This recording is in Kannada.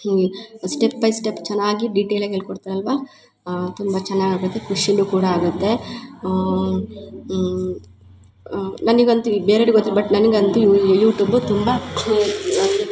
ಈ ಸ್ಟೆಪ್ ಬೈ ಸ್ಟೆಪ್ ಚೆನ್ನಾಗಿ ಡಿಟೇಲ್ ಆಗಿ ಹೇಳಿ ಕೊಡ್ತರ ಅಲ್ಲವಾ ತುಂಬಾ ಚೆನ್ನಾಗಾಗುತ್ತೆ ಖುಷಿನು ಕೂಡ ಆಗತ್ತೆ ನನಗಂತೂ ಈ ಬೇರೆಯರಿಗ ಗೊತ್ತಿಲ್ಲ ಬಟ್ ನನಗಂತು ಯುಟ್ಯೂಬು ತುಂಬಾ